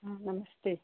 हाँ नमस्ते